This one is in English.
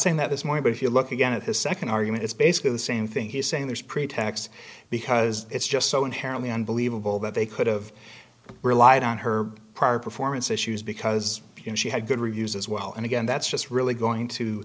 saying that this morning but if you look again at his nd argument it's basically the same thing he's saying there's pretax because it's just so inherently unbelievable that they could've relied on her prior performance issues because she had good reviews as well and again that's just really going to